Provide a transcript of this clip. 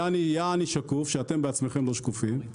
יעני שקוף שאתם בעצמכם לא שקופים,